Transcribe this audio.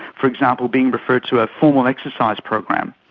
for example, being referred to a formal exercise program.